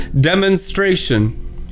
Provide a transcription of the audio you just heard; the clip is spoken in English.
demonstration